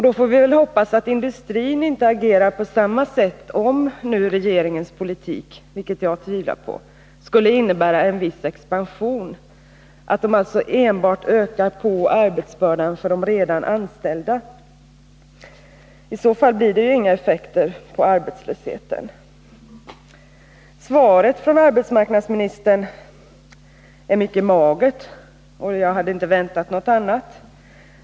Då får vi väl hoppas att industrin inte agerar på samma sätt, om nu regeringens politik — vilket jag tvivlar på — skulle medföra en viss expansion, och alltså ökar arbetsbördan för de redan anställda. I så fall blir det ju inga effekter på arbetslösheten. Svaret från arbetsmarknadsministern är mycket magert, och jag hade inte väntat mig något annat.